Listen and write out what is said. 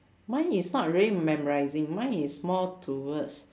mine is not really memorising mine is more towards